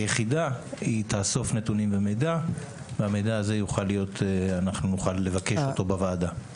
היחידה תאסוף נתונים ומידע ואנחנו נוכל לבקש בוועדה את המידע הזה.